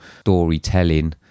storytelling